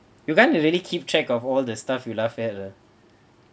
you can't really keep track of all the stuff you laugh at uh